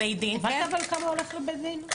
הבנת אבל כמה הולך לבית דין?